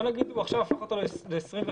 עכשיו הוא הפך אותו ל-25 מטרים.